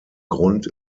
grund